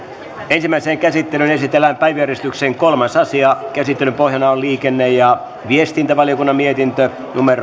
ensimmäiseen käsittelyyn esitellään päiväjärjestyksen kolmas asia käsittelyn pohjana on liikenne ja viestintävaliokunnan mietintö